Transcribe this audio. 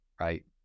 right